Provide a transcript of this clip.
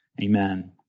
amen